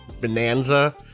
bonanza